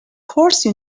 course